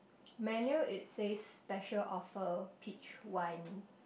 menu it says special offer peach wine